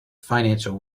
financial